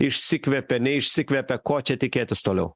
išsikvepia neišsikvepia ko čia tikėtis toliau